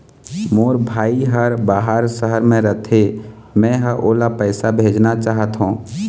मोर भाई हर बाहर शहर में रथे, मै ह ओला पैसा भेजना चाहथों